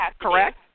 Correct